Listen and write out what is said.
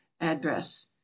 address